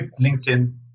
LinkedIn